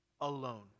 alone